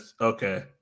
okay